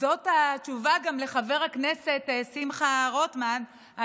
זאת התשובה גם לחבר הכנסת שמחה רוטמן,